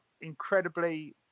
incredibly